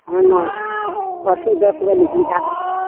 हँ परसू दस बजेके बाद